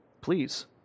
please